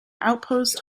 outpost